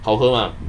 好喝 mah